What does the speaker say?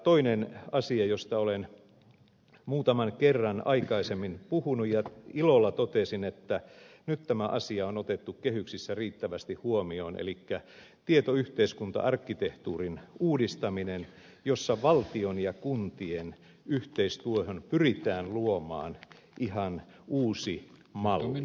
toinen asia josta olen muutaman kerran aikaisemmin puhunut ja ilolla totesin että nyt tämä asia on otettu kehyksissä riittävästi huomioon on tietoyhteiskunta arkkitehtuurin uudistaminen jossa valtion ja kuntien yhteistyöhön pyritään luomaan ihan uusi malli